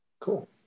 Cool